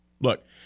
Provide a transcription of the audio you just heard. Look